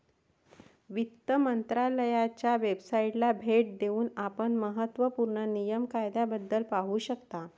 वित्त मंत्रालयाच्या वेबसाइटला भेट देऊन आपण महत्त्व पूर्ण नियम कायद्याबद्दल पाहू शकता